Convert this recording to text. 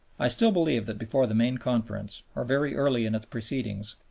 i still believe that before the main conference, or very early in its proceedings,